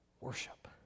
worship